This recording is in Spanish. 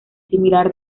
similar